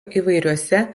įvairiuose